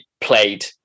played